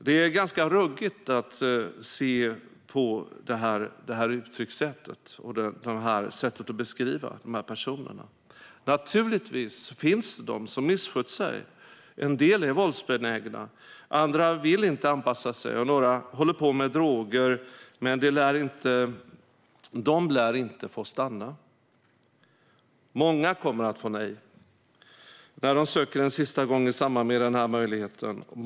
Det är ett ganska ruggigt sätt att beskriva de här personerna på. Naturligtvis finns det de som misskött sig. En del är våldsbenägna, andra vill inte anpassa sig och några håller på med droger. Men de lär inte få stanna. Många kommer att få nej när de söker en sista gång i samband med den här möjligheten.